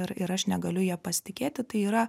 ir ir aš negaliu ja pasitikėti tai yra